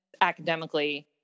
academically